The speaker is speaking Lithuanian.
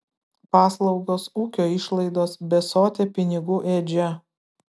paslaugos ūkio išlaidos besotė pinigų ėdžia